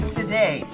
today